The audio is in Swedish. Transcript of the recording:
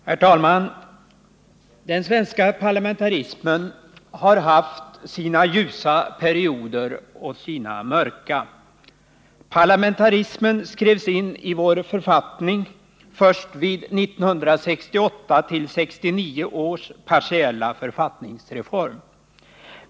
Herr talman! Den svenska parlamentarismen har haft sina ljusa perioder och sina mörka. Parlamentarismen skrevs in i vår författning först vid 1968-1969 års partiella författningsreform.